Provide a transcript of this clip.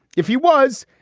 if he was,